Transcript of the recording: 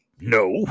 No